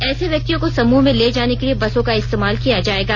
ऐसे व्यक्तियों को समूह में ले जाने के लिए बसों का इस्तेमाल किया जायेगा